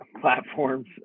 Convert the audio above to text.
platforms